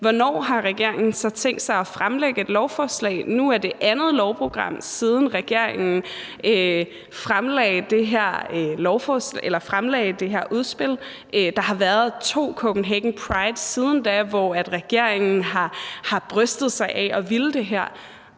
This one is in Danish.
hvornår har regeringen så tænkt sig at fremsætte et lovforslag? Nu er det andet lovprogram, siden regeringen fremlagde det her udspil. Der har været to Copenhagen Pride siden da, hvor regeringen har brystet sig af at ville det her.